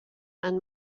and